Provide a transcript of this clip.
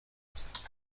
هستیم